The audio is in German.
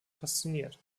fasziniert